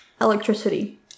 electricity